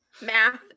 Math